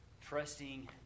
trusting